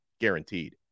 guaranteed